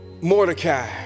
Mordecai